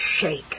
shake